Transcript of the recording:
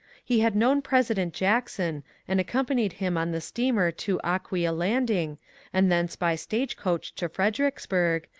he had known president jackson and accom panied him on the steamer to aquia landing and thence by stage-coach to fredericksburg,